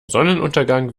sonnenuntergang